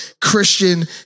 Christian